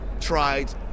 tried